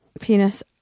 penis